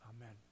Amen